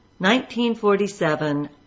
1947